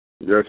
Yes